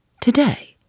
Today